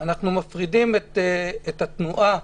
מפרידים את התנועה.